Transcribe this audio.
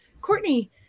Courtney